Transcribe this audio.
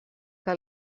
que